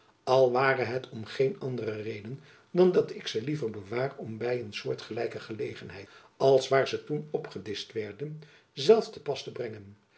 al ware het om geen andere reden dan dat ik ze liever bewaar om by een jacob van lennep elizabeth musch soortgelijke gelegenheid als waar ze toen opgedischt werden zelf te pas te brengen